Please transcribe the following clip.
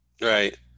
Right